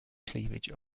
cleavage